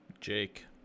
Jake